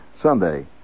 Sunday